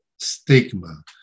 stigma